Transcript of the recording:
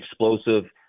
explosive